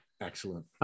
Excellent